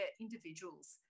individuals